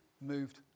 moved